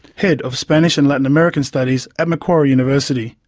head of spanish and latin american studies at macquarie university,